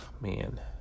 man